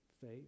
Faith